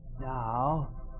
Now